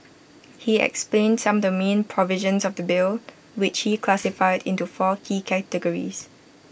he explained some the main provisions of the bill which he classified into four key categories